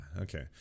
okay